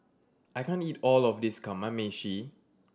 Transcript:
I can't eat all of this Kamameshi